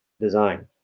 design